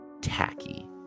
tacky